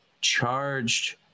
Charged